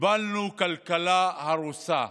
קיבלנו כלכלה הרוסה,